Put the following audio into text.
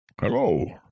Hello